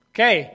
Okay